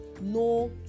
no